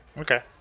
Okay